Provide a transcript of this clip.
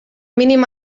mínim